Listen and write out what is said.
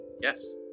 yes